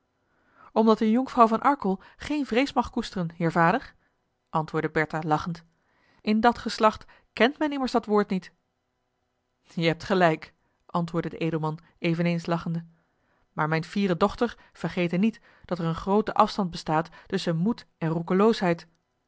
omdat eene jonkvrouw van arkel geen vrees mag koesteren heer vader antwoordde bertha lachend in dat geslacht kent men immers dat woord niet je hebt gelijk antwoordde de edelman eveneens lachende maar mijne fiere dochter vergete niet dat er een groote afstand bestaat tusschen moed en